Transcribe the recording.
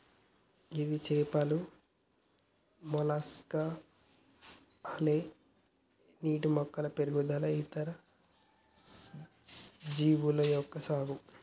ఇది చేపలు, Mollusca, algae, నీటి మొక్కలు మొదలగు ఇతర జీవుల యొక్క సాగు